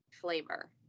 flavor